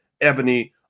Ebony